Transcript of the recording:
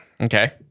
Okay